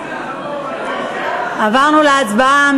עברנו להצבעה.